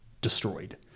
destroyed